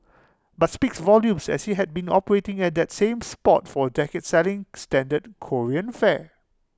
but speaks volumes as IT has been operating at that same spot for A decade selling standard Korean fare